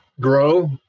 grow